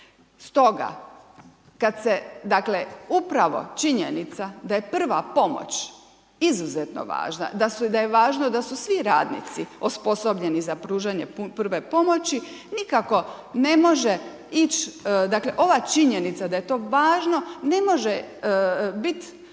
Stoga kad se, dakle upravo činjenica da je prva pomoć izuzetno važna da je važno da su svi radnici osposobljeni za pružanje prve pomoći nikako ne može ići, dakle ova činjenica da je to važno ne može biti